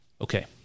Okay